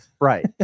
Right